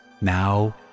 Now